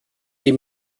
die